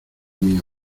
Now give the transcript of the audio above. mis